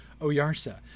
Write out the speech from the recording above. Oyarsa